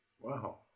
Wow